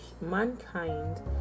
mankind